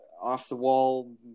off-the-wall